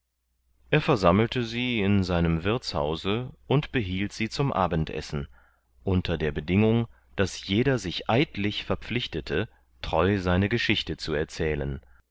er versammelte sie in seinem wirthshause und behielt sie zum abendessen unter der bedingung daß jeder sich eidlich verpflichtete treu seine geschichte zu erzählen